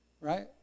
Right